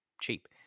cheap